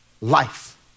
life